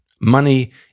Money